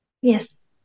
Yes